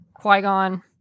Qui-Gon